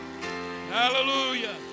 Hallelujah